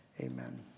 Amen